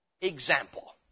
example